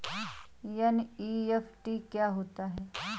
NEFT क्या होता है?